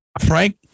Frank